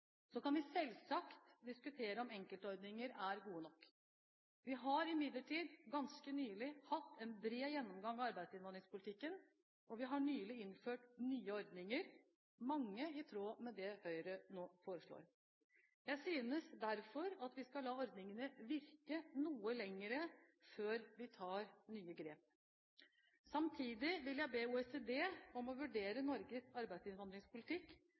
Så kan vi selvsagt diskutere om enkeltordninger er gode nok. Vi har imidlertid ganske nylig hatt en bred gjennomgang av arbeidsinnvandringspolitikken, og vi har nylig innført nye ordninger, mange i tråd med det Høyre nå foreslår. Jeg synes derfor at vi skal la ordningene virke noe lenger før vi tar nye grep. Samtidig vil jeg be OECD om å vurdere Norges arbeidsinnvandringspolitikk,